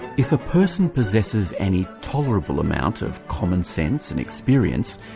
if a person possesses any tolerable amount of common sense and experience,